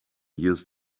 use